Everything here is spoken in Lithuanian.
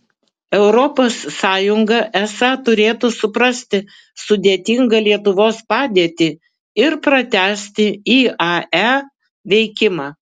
europos sąjunga esą turėtų suprasti sudėtingą lietuvos padėtį ir pratęsti iae veikimą